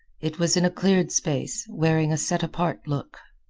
it was in a cleared space, wearing a set-apart look.